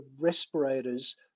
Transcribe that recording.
respirators